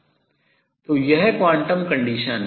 तो यह quantum condition quantum शर्त है